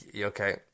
Okay